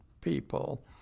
people